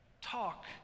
Talk